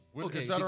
Okay